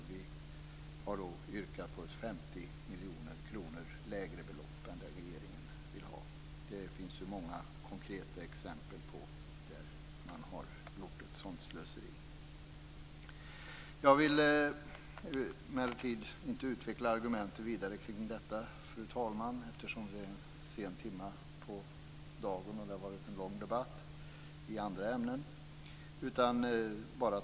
Vi har yrkat på ett 50 miljoner kronor lägre belopp än vad regeringen vill ha. Det finns många konkreta exempel på slöseri. Fru talman! Jag vill emellertid inte utveckla argumenten kring detta då det är sent på dagen och det har varit en lång debatt i andra ämnen.